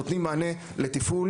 אנחנו נותנים מענה לתפעול,